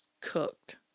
cooked